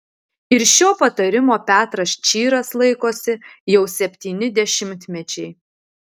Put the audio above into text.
ir šio patarimo petras čyras laikosi jau septyni dešimtmečiai